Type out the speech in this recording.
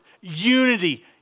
unity